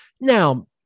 now